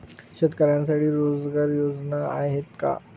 शेतकऱ्यांसाठी रोजगार योजना आहेत का?